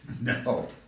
No